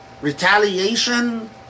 retaliation